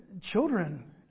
children